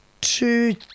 two